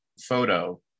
photo